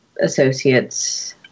associates